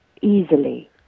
easily